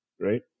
right